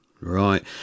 Right